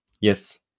yes